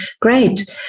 Great